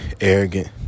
arrogant